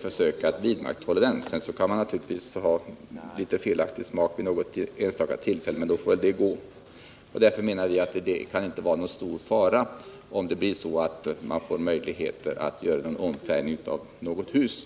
försöka vidmakthålla den. Sedan kan det naturligtvis vid något tillfälle förekomma uttryck för dålig smak, men det får man väl då ta. Vi anser att det inte kan medföra någon stor fara om fastighetsägare får möjligheter att utan tillstånd måla om sina hus.